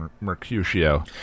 Mercutio